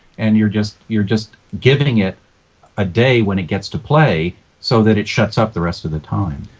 and you're just you're just giving it a day when it gets to play so that it shuts off the rest of the time.